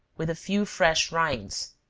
with a few fresh rinds.